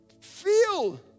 feel